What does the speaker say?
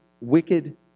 wicked